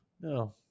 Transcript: No